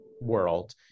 world